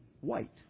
white